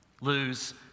lose